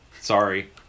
sorry